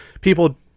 people